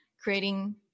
creating